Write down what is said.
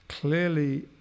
Clearly